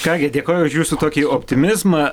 ką gi dėkoju už jūsų tokį optimizmą